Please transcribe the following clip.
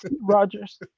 rogers